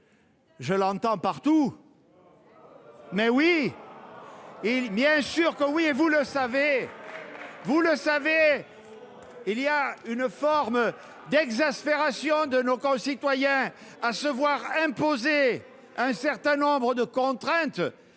je l'entends partout. Mais bien sûr que oui ! Vous le savez, il y a une forme d'exaspération de nos concitoyens à se voir imposer un certain nombre de contraintes,